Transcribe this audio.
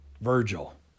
Virgil